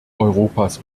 europas